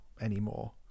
anymore